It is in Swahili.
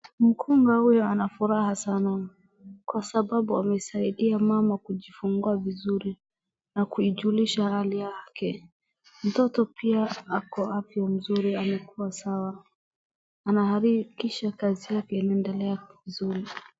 Mkunga huyu ana furaha sana kwa sababu amesaidia mama kujifungua vizuri na kuijulisha hali yake. Mtoto pia ako afya mzuri pia amekua sawa anahakikisha kazi yake inaendelea vizuri.